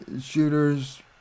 shooters